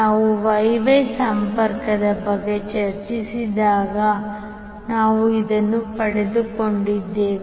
ನಾವು Y Y ಸಂಪರ್ಕದ ಬಗ್ಗೆ ಚರ್ಚಿಸಿದಾಗ ನಾವು ಇದನ್ನು ಪಡೆದುಕೊಂಡಿದ್ದೇವೆ